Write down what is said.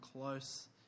close